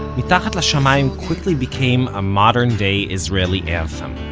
mitachat la'shamayim quickly became a modern-day israeli anthem